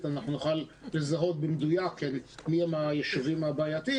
נוכל לזהות במדויק מי הם הישובים הבעייתיים,